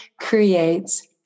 creates